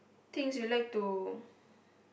things you like to